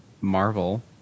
Marvel